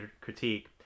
critique